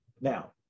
now